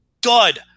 dud